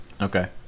Okay